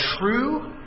true